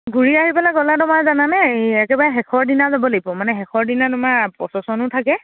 ঘূৰি আহিবলৈ গ'লে তোমাৰ জানানে একেবাৰে শেষৰ দিনা যাব লাগিব মানে শেষৰ দিনা তোমাৰ প্ৰচেছনো থাকে